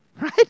Right